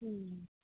ꯎꯝ